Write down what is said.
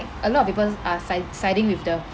a lot of peoples are sid~ siding with the